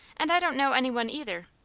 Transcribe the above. and i don't know any one either.